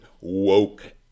woke